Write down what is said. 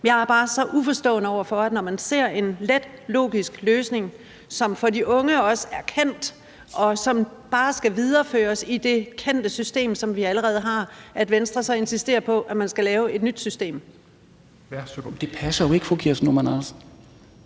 Jeg er bare så uforstående over for, at Venstre, når man ser en let, logisk løsning, som for de unge også er kendt, og som bare skal videreføres i det kendte system, som vi allerede har, så insisterer på, at man skal lave et nyt system. Kl. 11:17 Fjerde næstformand (Rasmus